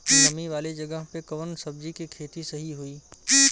नामी वाले जगह पे कवन सब्जी के खेती सही होई?